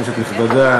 כנסת נכבדה,